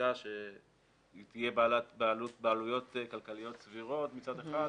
שיטה שתהיה בעלויות כלכליות סבירות מצד אחד,